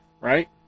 right